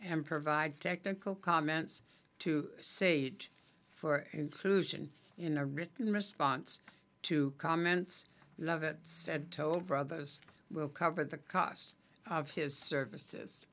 and provide technical comments to sate for inclusion in a written response to comments lovett said toll brothers will cover the cost of his services